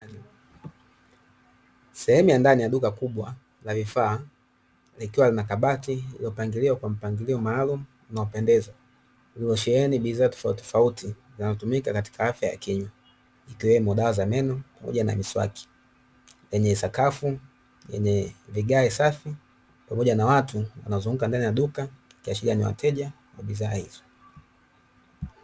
Sehemu ya ndani ya duka kubwa la vifaa, likiwa lina kabati lililopangiliwa kwa mpangilio maalumu unaopendeza, lililosheheni bidhaa tofautitofauti zinazotumika katika afya ya kinywa, ikiwemo dawa za meno, pamoja na miswaki. Lenye sakafu yenye vigae safi, pamoja na watu wanaozunguka ndani ya duka, ikiashiria ni wateja wa bidhaa hizo.